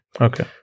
Okay